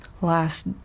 last